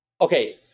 Okay